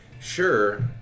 sure